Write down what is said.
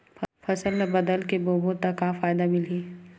फसल ल बदल के बोबो त फ़ायदा मिलही?